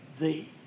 thee